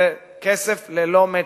זה כסף ללא "מצ'ינג",